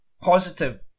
positive